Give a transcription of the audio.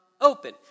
open